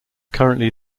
currently